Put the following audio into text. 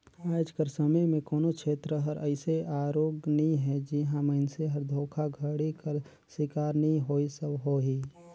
आएज कर समे में कोनो छेत्र हर अइसे आरूग नी हे जिहां मइनसे हर धोखाघड़ी कर सिकार नी होइस होही